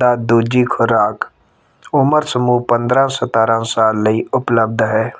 ਦਾ ਦੂਜੀ ਖੁਰਾਕ ਉਮਰ ਸਮੂਹ ਪੰਦਰ੍ਹਾਂ ਸਤਾਰ੍ਹਾਂ ਸਾਲ ਲਈ ਉਪਲਬਧ ਹੈ